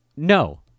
No